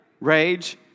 rage